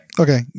Okay